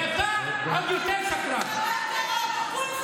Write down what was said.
שקרנית קטנה, קטנה, תודה רבה, חבר הכנסת טיבי.